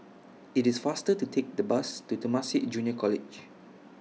IT IS faster to Take The Bus to Temasek Junior College